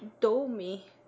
Domi